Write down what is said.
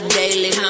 daily